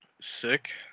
Sick